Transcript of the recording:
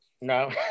No